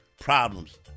problems